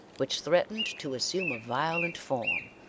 which threatened to assume a violent form,